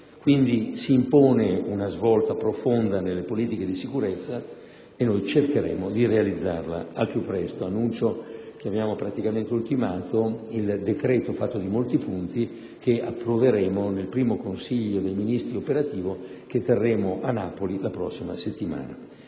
quindi una svolta profonda nelle politiche di sicurezza e noi cercheremo di realizzarla al più presto. Annuncio che abbiamo praticamente ultimato il decreto, fatto di molti punti, che approveremo nel primo Consiglio dei ministri operativo che terremo a Napoli la prossima settimana.